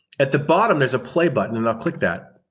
at the bottom, there's a play button and i'll click that.